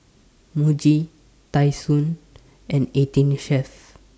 Muji Tai Sun and eighteen Chef